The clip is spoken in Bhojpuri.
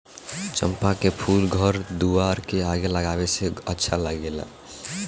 चंपा के फूल घर दुआर के आगे लगावे से घर अच्छा लागेला